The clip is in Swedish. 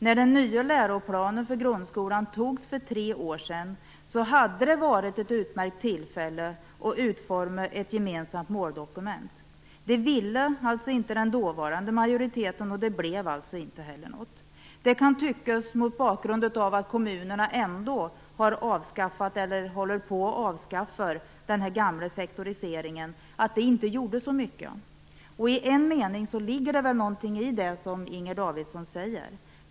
När den nya läroplanen för grundskolan antogs för tre år sedan hade det varit ett utmärkt tillfälle att utforma ett gemensamt måldokument. Det ville inte den dåvarande majoriteten, och det blev inte heller något dokument. Mot bakgrund av att kommunerna ändå har avskaffat eller håller på att avskaffa den gamla sektoriseringen kan det tyckas att det inte gjorde så mycket. I en mening ligger det någonting i det som Inger Davidson säger.